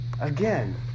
Again